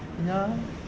ya